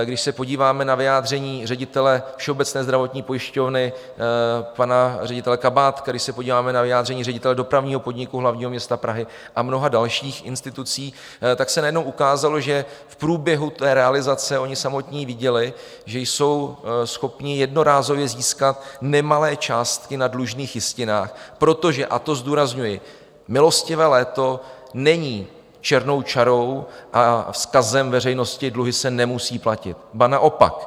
Když se podíváme na vyjádření ředitele Všeobecné zdravotní pojišťovny pana ředitele Kabátka, když se podíváme na vyjádření ředitele Dopravního podniku hlavního města Prahy a mnoha dalších institucí, tak se najednou ukázalo, že v průběhu té realizace oni samotní viděli, že jsou schopni jednorázově získat nemalé částky na dlužných jistinách, protože a to zdůrazňuji milostivé léto není černou čarou a vzkazem veřejnosti: Dluhy se nemusí platit, ba naopak.